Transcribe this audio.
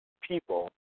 people